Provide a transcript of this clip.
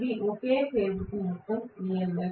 ఇది ఒక ఫేజ్ కు మొత్తం EMF